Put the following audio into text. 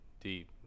deep